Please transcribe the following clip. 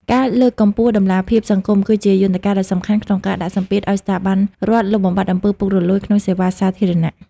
ការលើកកម្ពស់ "តម្លាភាពសង្គម" គឺជាយន្តការដ៏សំខាន់ក្នុងការដាក់សម្ពាធឱ្យស្ថាប័នរដ្ឋលុបបំបាត់អំពើពុករលួយ ក្នុងសេវាសាធារណៈ។